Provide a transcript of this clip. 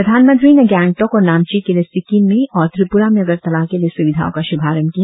प्रधानमंत्री ने गेंगटोक और नामची के लिए सिक्कीम में और त्रिपुरा में अगरतला के लिए सुविधाओं का श्रभारंभ किया